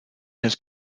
his